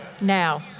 Now